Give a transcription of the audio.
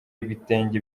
ibitenge